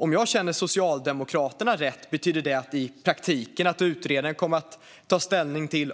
Om jag känner Socialdemokraterna rätt betyder det i praktiken att utredaren kommer att "ta ställning till"